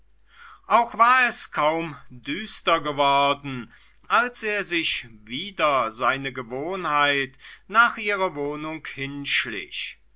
auch war es kaum düster geworden als er sich wider seine gewohnheit nach ihrer wohnung hinschlich